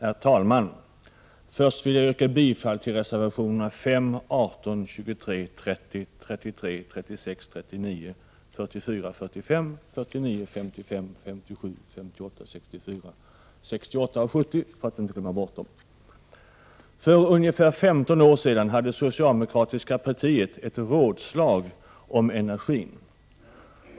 Herr talman! Först vill jag, för att inte glömma bort det, yrka bifall till reservationerna 5, 18, 23, 30, 33, 36, 39, 44, 45, 49, 55, 57, 58, 64, 68 och 70. För ungefär 15 år sedan hade socialdemokratiska partiet ett rådslag om energin.